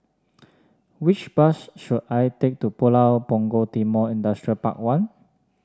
which bus should I take to Pulau Punggol Timor Industrial Park One